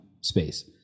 space